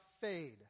fade